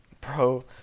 Bro